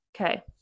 Okay